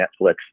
Netflix